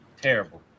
terrible